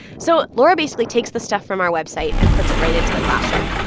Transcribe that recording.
so laura basically takes the stuff from our website and puts it right into the classroom.